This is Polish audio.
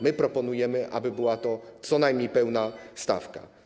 My proponujemy, aby była to co najmniej pełna stawka.